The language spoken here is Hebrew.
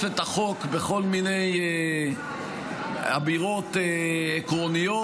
את החוק בכל מיני אמירות עקרוניות,